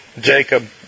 Jacob